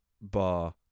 bar